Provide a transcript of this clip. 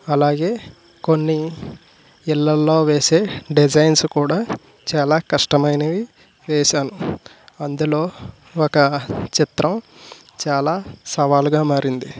అలాగే కొన్ని ఇళ్ళలో వేసే డిజైన్సు కూడా చాలా కష్టమైనవి వేశాను అందులో ఒక చిత్రం చాలా సవాలుగా మారింది